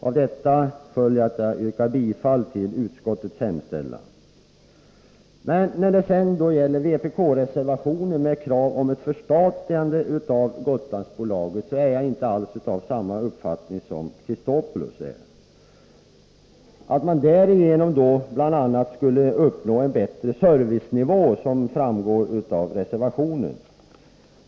Av detta följer att jag yrkar bifall till utskottets hemställan. När det sedan gäller vpk-reservationen med krav på ett förstatligande av Gotlandsbolaget är jag inte alls lika övertygad som Chrisopoulos om att man därigenom skulle kunna uppnå en bättre servicenivå, vilket framhålls i reservationen.